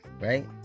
right